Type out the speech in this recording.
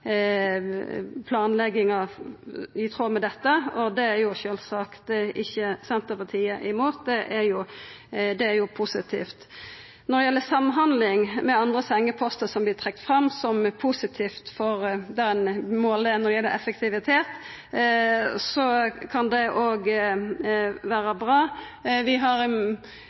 planlegging i tråd med dette, og det er sjølvsagt ikkje Senterpartiet imot. Det er positivt. Når det gjeld samhandling med andre sengepostar, noko som vert trekt fram som positivt for målet om effektivitet, kan det òg vera bra. I merknadane har vi